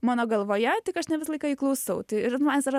mano galvoje tik aš ne visą laiką jį klausau tai ir man jis yra